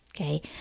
Okay